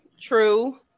True